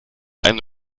eine